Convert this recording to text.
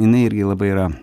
jinai irgi labai yra